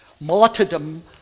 martyrdom